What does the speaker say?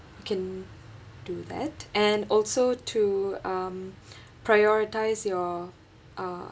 you can do that and also to um prioritise your uh